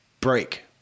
break